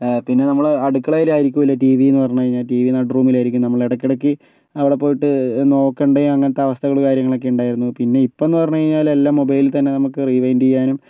പിന്നെ നമ്മൾ അടുക്കളയിലായിരിക്കില്ല ടി വിയെന്നു പറഞ്ഞു കഴിഞ്ഞാൽ ടി വി നടുറൂമിലായിരിക്കും നമ്മളിടക്കിടയ്ക്ക് അവിടെ പോയിട്ട് നോക്കേണ്ടതും അങ്ങനത്തെ അവസ്ഥകളും കാര്യങ്ങളൊക്കെ ഉണ്ടായിരുന്നു പിന്നെ ഇപ്പം എന്ന് പറഞ്ഞ് കഴിഞ്ഞാൽ എല്ലാം മൊബൈലിൽ തന്നെ നമുക്ക് റീവൈൻ്റ് ചെയ്യാനും